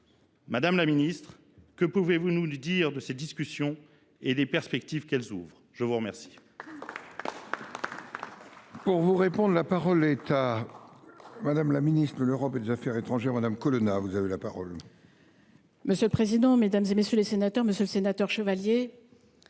Madame la ministre, que pouvez vous nous dire de ces discussions et des perspectives qu’elles ouvrent ? La parole